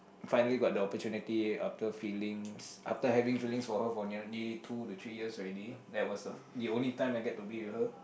finally got the opportunity after feelings after having feelings for her nearly two to three years already that was the that was the only time I get to be with her